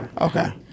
Okay